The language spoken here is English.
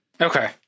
Okay